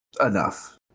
enough